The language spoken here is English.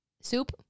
Soup